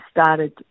started